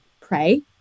pray